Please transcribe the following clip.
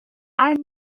are